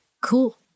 cool